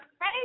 Hey